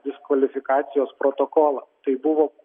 diskvalifikacijos protokolą tai buvo